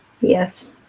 Yes